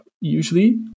usually